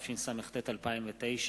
התשס"ט 2009,